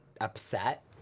upset